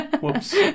Whoops